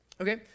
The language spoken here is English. Okay